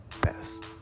best